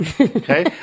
Okay